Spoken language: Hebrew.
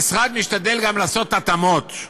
משתדל גם לעשות התאמות.